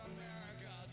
America